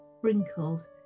sprinkled